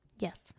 Yes